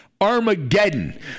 Armageddon